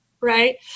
right